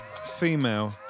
female